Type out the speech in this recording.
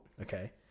Okay